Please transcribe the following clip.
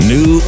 New